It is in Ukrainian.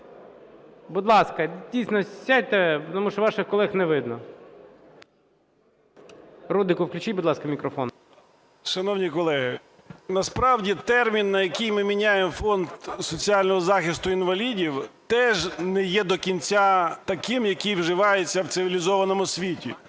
будь ласка, дійсно, сядьте, тому що ваших колег не видно. Рудику включіть, будь ласка, мікрофон. 14:48:19 РУДИК С.Я. Шановні колеги, насправді, термін, на який ми міняємо Фонд соціального захисту інвалідів, теж не є до кінця таким, який вживається в цивілізованому світі.